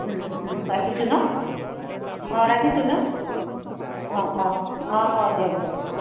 ৰাখিছোঁ ন অঁ ৰাখিছোঁ ন অঁ অঁ অঁ অঁ দিয়ক দিয়ক